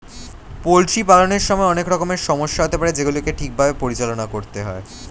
poultry পালনের সময় অনেক রকমের সমস্যা হতে পারে যেগুলিকে ঠিক ভাবে পরিচালনা করতে হয়